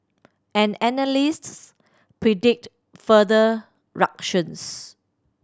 and analysts predict further ructions